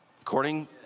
According